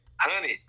honey